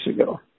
ago